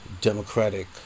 Democratic